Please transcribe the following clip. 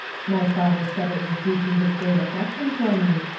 my father said it was due to his great affection for me,